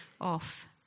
off